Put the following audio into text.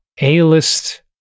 A-list